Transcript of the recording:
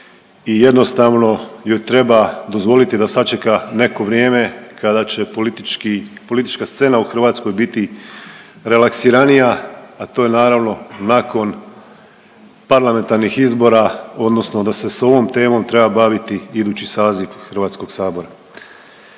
i jednostavno joj treba dozvoliti da sačeka neko vrijeme kada će politički, politička scena u Hrvatskoj biti relaksiranija, a to je naravno nakon parlamentarnih izbora odnosno da se s ovom temom treba baviti idući saziv Hrvatskog sabora